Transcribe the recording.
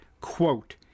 Quote